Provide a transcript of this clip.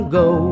go